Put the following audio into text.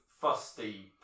fusty